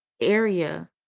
area